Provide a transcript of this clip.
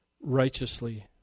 righteously